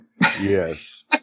Yes